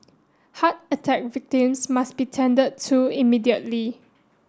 heart attack victims must be tended to immediately